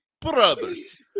brothers